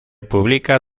publica